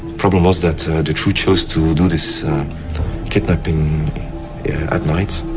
problem was that dutroux chose to do this kidnapping at night,